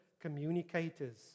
communicators